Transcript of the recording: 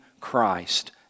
Christ